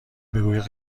بگویید